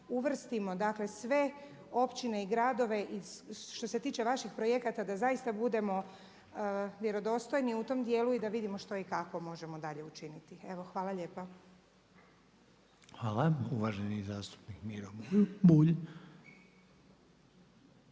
uvrstimo, dakle sve općine i gradove i što se tiče vaših projekata da zaista budemo vjerodostojni u tom dijelu i da vidimo što i kako možemo dalje učiniti. Evo hvala lijepa. **Reiner, Željko (HDZ)** Hvala. Uvaženi zastupnik Miro Bulj.